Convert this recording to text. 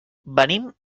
venim